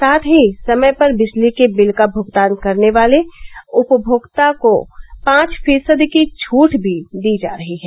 साथ ही समय पर बिजली के बिल का भूगतान करने वाले उपभोक्ता को पांच फीसदी की छूट भी दी जा रही है